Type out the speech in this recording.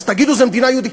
אז תגידו: זו מדינה יהודית.